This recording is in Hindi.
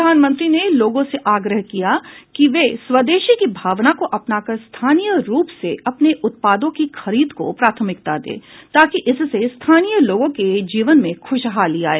प्रधानमंत्री ने लोगों से आग्रह किया कि वे स्वदेशी की भावना को अपनाकर स्थानीय रूप से बने उत्पादों की खरीद को प्राथमिकता दें ताकि इससे स्थानीय लोगों के जीवन में खुशहाली आए